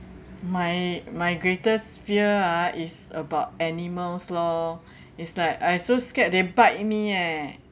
my my greatest fear ah is about animals lor it's like I so scared they bite me eh